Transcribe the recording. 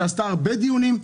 שקיימה הרבה דיונים,